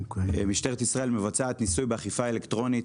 משטרת ישראל מבצעת ניסוי באכיפה אלקטרונית